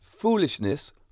foolishness